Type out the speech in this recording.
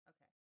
Okay